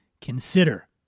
consider